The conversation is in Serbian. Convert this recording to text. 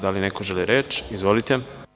Da li neko želi reč? (Da) Izvolite.